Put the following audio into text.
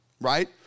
right